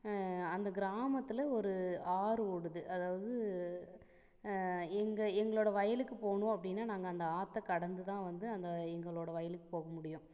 அந்த கிராமத்தில் ஒரு ஆறு ஓடுது அதாவது எங்கள் எங்களோடய வயலுக்கு போகணும் அப்படின்னா நாங்கள் அந்த ஆற்றை கடந்து தான் வந்து அந்த எங்களோடய வயலுக்கு போக முடியும்